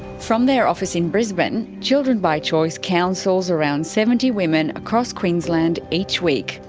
from their office in brisbane, children by choice counsels around seventy women across queensland each week,